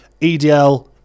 EDL